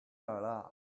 alive